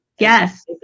Yes